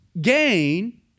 gain